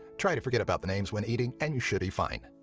try to forget about the names when eating, and you should be fine.